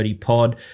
Pod